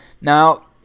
now